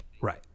right